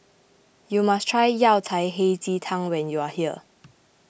you must try Yao Cai Hei Ji Tang when you are here